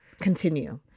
continue